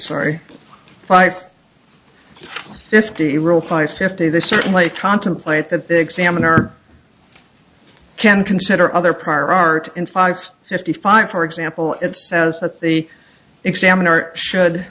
sorry five fifty rule five fifty they certainly contemplate that the examiner can consider other prior art in five fifty five for example it says that the examiner should